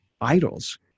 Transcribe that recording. idols